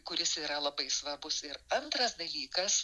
kuris yra labai svarbus ir antras dalykas